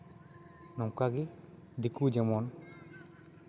ᱱᱚᱝᱠᱟᱜᱮ ᱫᱤᱠᱩ ᱡᱮᱢᱚᱱ